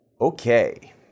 Okay